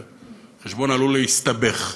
אז החשבון עלול להסתבך,